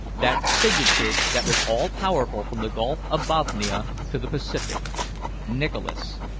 that signature that was all-powerful from the gulf of bothnia to the pacific nicholas.